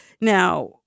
Now